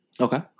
okay